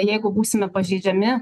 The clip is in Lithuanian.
jeigu būsime pažeidžiami